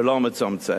ולא מצמצם.